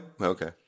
Okay